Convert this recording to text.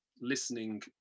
Listening